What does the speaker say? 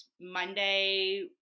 Monday